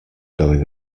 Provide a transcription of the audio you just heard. going